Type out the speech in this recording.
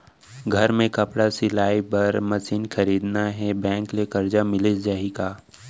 घर मे कपड़ा सिलाई बार मशीन खरीदना हे बैंक ले करजा मिलिस जाही का?